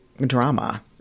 drama